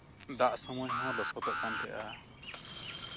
ᱫᱟᱜ ᱥᱚᱢᱚᱭ ᱦᱚᱸ ᱞᱚᱥᱚᱫᱚᱜ ᱠᱟᱱ ᱛᱟᱸᱦᱮᱱᱟ